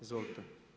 Izvolite.